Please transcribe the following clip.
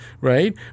right